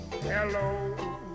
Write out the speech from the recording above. Hello